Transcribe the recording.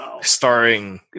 Starring